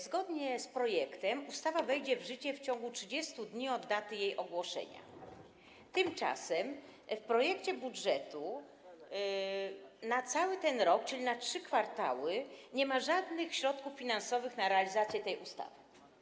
Zgodnie z projektem ustawa wejdzie w życie w ciągu 30 dni od daty jej ogłoszenia, tymczasem w projekcie budżetu na cały ten rok, czyli na trzy kwartały, nie ma żadnych środków finansowych na realizację tej ustawy.